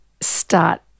start